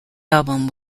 album